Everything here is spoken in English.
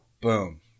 Boom